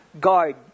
Guard